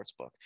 Sportsbook